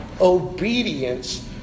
obedience